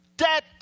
Debt